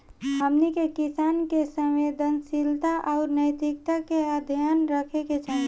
हमनी के किसान के संवेदनशीलता आउर नैतिकता के ध्यान रखे के चाही